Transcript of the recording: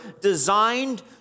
designed